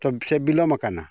ᱛᱚ ᱥᱮ ᱵᱤᱞᱚᱢᱟᱠᱟᱱᱟ